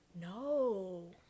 no